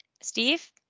Steve